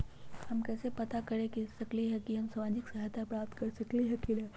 हम कैसे पता कर सकली ह की हम सामाजिक सहायता प्राप्त कर सकली ह की न?